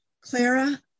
Clara